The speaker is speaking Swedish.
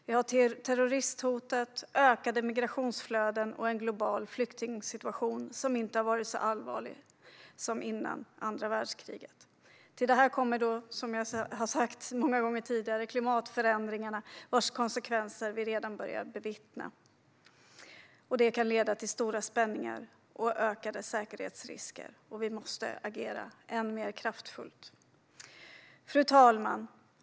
Vi har terroristhotet, ökade migrationsflöden och en global flyktingsituation som inte har varit så allvarlig sedan andra världskriget. Till detta kommer, som jag har sagt många gånger tidigare, klimatförändringarna, vars konsekvenser vi redan börjar bevittna. De kan leda till stora spänningar och ökade säkerhetsrisker. Vi måste agera än mer kraftfullt. Fru talman!